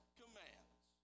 commands